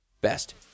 Best